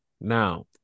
Now